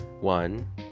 One